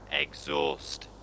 exhaust